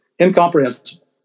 incomprehensible